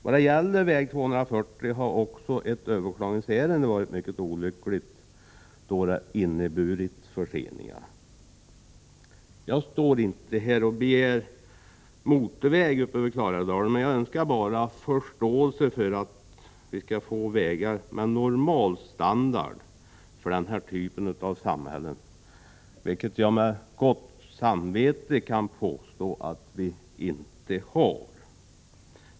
I fråga om väg 240 har också ett överklagningsärende varit mycket olyckligt, då det inneburit förseningar. Jag står inte här och begär att vi skall få motorväg i Klarälvsdalen. Jag önskar bara förståelse för att vi skall få vägar med normal standard för denna typ av samhällen, vilket jag med gott samvete kan påstå att vi inte har.